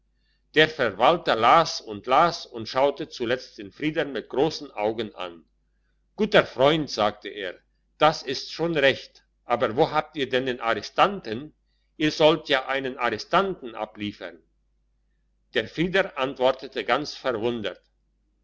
der verwalter las und las und schaute zuletzt den frieder mit grossen augen an guter freund sagte er das ist schon recht aber wo habt ihr dann den arrestanten ihr sollt ja einen arrestanten abliefern der frieder antwortete ganz verwundert